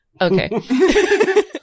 Okay